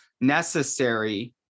necessary